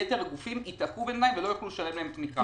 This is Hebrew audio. יתר הגופים ייתקעו, ולא יוכלו לשלם להם את התמיכה.